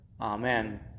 Amen